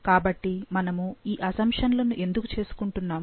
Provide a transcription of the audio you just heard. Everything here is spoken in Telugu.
కాబట్టి మనము ఈ అసంషన్లు ఎందుకు చేసుకుంటున్నాము